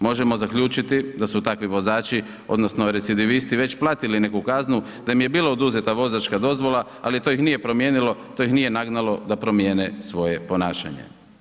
Možemo zaključiti da su takvi vozači odnosno recidivisti već platili neku kaznu, da im je bila oduzeta vozačka dozvola, ali to ih nije promijenilo, to ih nije nagnalo da promjene svoje ponašanje.